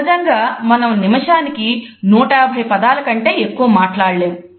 సహజంగా మనం నిమిషానికి 150 పదాల కంటే ఎక్కువ మాట్లాడలేము